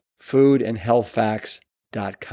foodandhealthfacts.com